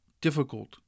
difficult